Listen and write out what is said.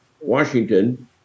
washington